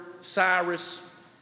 Cyrus